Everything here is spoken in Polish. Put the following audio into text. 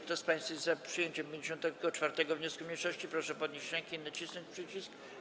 Kto z państwa jest za przyjęciem 34. wniosku mniejszości, proszę podnieść rękę i nacisnąć przycisk.